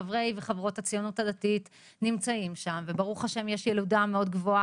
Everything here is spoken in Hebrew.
שאחריי ידברו כאן נציגי קופות החולים והם יציגו דברים,